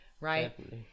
Right